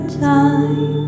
time